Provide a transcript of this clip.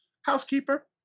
housekeeper